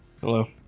hello